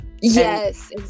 Yes